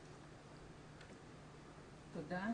תודה.